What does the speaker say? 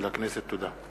תודה.